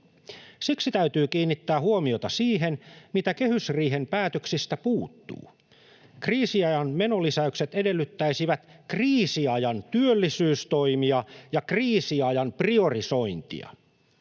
Siksi täytyy kiinnittää huomiota siihen, mitä kehysriihen päätöksistä puuttuu. Kriisiajan menolisäykset edellyttäisivät kriisiajan työllisyystoimia ja kriisiajan priorisointia.